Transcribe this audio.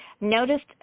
noticed